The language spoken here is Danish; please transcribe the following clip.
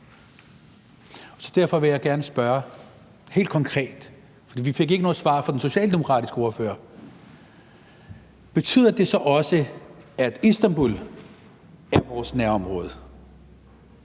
derfor vil jeg gerne spørge helt konkret om noget, for vi fik ikke noget svar på det fra den socialdemokratiske ordfører. Betyder det så også, at Istanbul er vores nærområde?